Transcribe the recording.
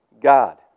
God